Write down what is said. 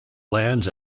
lands